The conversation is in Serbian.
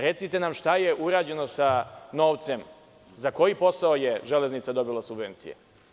Recite nam, šta je urađeno sa novcem, za koji posao je „Železnica“ dobila subvencije?